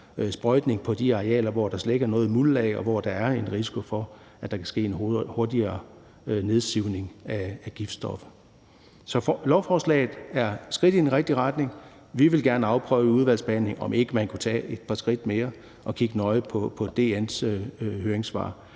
sprøjtning på de arealer, hvor der slet ikke er noget muldlag, og hvor der er en risiko for, at der kan ske en hurtigere nedsivning af giftstoffer. Så lovforslaget er et skridt i den rigtige retning. Vi vil gerne afprøve i udvalgsbehandlingen, om ikke man kunne tage et par skridt mere, og kigge nøje på DN's høringssvar.